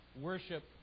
Worship